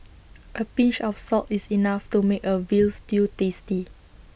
A pinch of salt is enough to make A Veal Stew tasty